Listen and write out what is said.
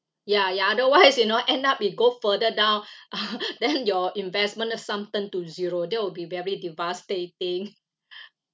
ya ya otherwise you know end up it go further down then your investment then sum turned to zero that will be very devastating